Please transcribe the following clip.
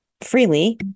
freely